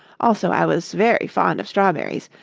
also i was very fond of strawberries,